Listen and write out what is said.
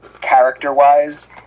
Character-wise